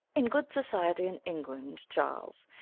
in good society in england, charles,